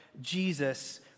Jesus